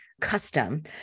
custom